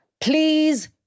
please